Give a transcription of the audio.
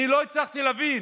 אני לא הצלחתי להבין,